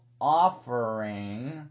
offering